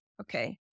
Okay